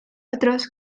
otros